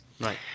Right